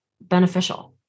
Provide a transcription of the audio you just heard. beneficial